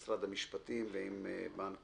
משרד המשפטים ועם בנק